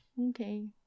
Okay